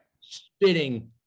Spitting